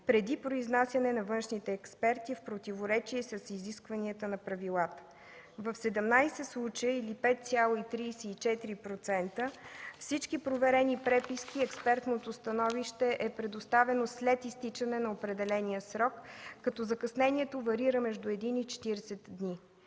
преди произнасяне на външните експерти в противоречие с изискванията на правилата. В 17 случая или 5,34% от всички проверени преписки експертното становище е предоставено след изтичане на определения срок, като закъснението варира между един и 40 дни.